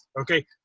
okay